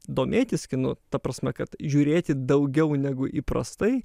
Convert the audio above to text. domėtis kinu ta prasme kad žiūrėti daugiau negu įprastai